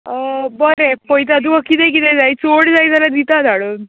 बोरें पळयता तुका कितें कितें जाय चोड जाय जाल्यार दिता धाडून